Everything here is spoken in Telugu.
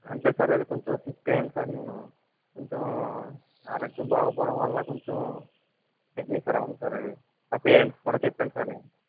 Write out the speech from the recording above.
అంటే సార్ అదీ కొంచెం సిక్ అయ్యాను సార్ నేను కొంచెం ఆరోగ్యం బాగుండకపోవడం వల్ల కొంచెం మా పేరెంట్స్కి కూడా చెప్పాను సార్ నేను